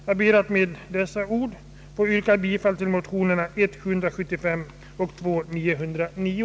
Jag ber att med dessa ord få yrka bifall till motionerna 1: 775 och II: 909.